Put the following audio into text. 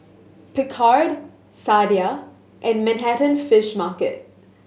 Picard Sadia and Manhattan Fish Market